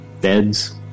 beds